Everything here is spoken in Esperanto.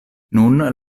nun